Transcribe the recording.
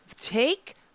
take